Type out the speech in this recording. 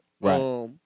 Right